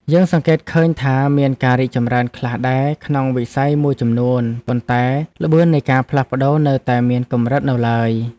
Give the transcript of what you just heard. យើងសង្កេតឃើញថាមានការរីកចម្រើនខ្លះដែរក្នុងវិស័យមួយចំនួន ប៉ុន្តែល្បឿននៃការផ្លាស់ប្តូរនៅតែមានកម្រិតនៅឡើយ។